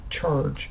charge